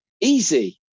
easy